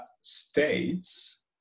states